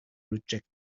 reject